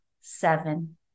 seven